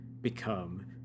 become